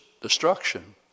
destruction